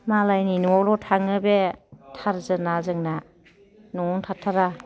मालायनि न'आवल' थाङो बे टारजोना जोंना न'आवनो थाथारा